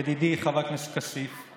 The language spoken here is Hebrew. ידידי חבר הכנסת כסיף,